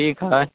ठीक हइ